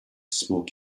smoke